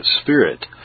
spirit